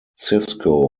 cisco